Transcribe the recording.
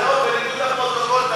זה בניגוד לפרוטוקול.